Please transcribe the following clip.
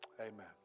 Amen